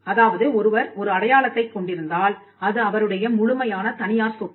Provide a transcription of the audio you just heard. அதாவது ஒருவர் ஒரு அடையாளத்தைக் கொண்டிருந்தால் அது அவருடைய முழுமையான தனியார் சொத்து